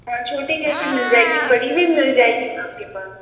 हाँ छोटी कैंची मिल जाएगी बड़ी भी मिल जाएगी आपके पास